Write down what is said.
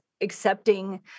accepting